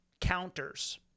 counters